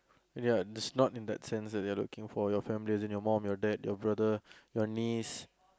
ya it's not in that sense that they are looking for you family as in and your mum your dad your brother your niece